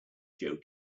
joe